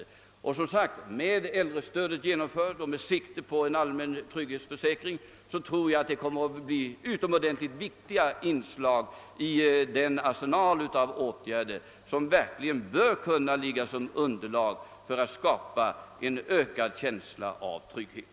Äldrestödet och en allmän trygghetsförsäkring kommer att bli viktiga inslag i den arsenal av åtgärder som verkligen bör kunna bilda underlag för en känsla av ökad trygghet.